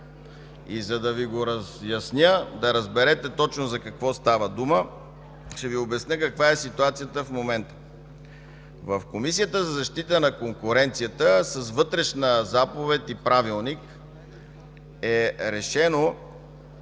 За да Ви разясня и да разберете точно за какво става дума, ще Ви обясня каква е ситуацията в момента. В Комисията за защита на конкуренцията с вътрешна заповед и Правилник е решено